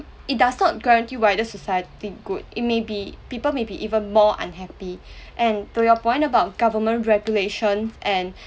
it does not guarantee wider society good it may be people may be even more unhappy and to your point about government regulation and